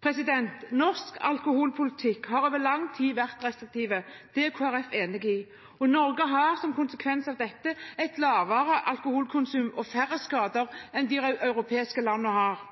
gjelder dette. Norsk alkoholpolitikk har over lang tid vært restriktiv. Det er Kristelig Folkeparti enig i. Norge har som konsekvens av dette et lavere alkoholkonsum og færre skader enn de europeiske landene har.